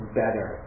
better